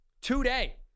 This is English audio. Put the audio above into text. today